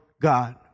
God